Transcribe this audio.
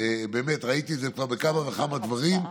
באמת ראיתי את זה כבר בכמה וכמה דברים,